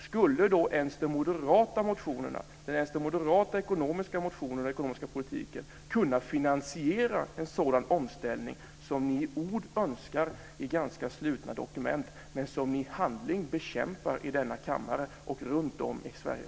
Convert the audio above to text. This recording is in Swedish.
Skulle då ens de moderata motionerna, jag har läst de moderata motionerna om den ekonomiska politiken, kunna finansiera en sådan omställning som ni i ord önskar i ganska slutna dokument men som ni i handling bekämpar i denna kammare och runtom i Sverige?